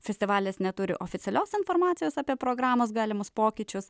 festivalis neturi oficialios informacijos apie programos galimus pokyčius